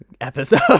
episode